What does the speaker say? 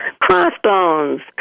crossbones